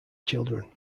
children